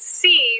see